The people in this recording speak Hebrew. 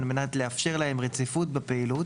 על מנת לאפשר להם רציפות בפעילות,